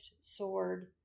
sword